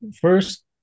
first